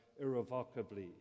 Irrevocably